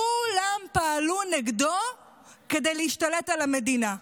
כולם פעלו נגדו כדי להשתלט על המדינה.